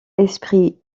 esprit